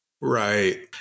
Right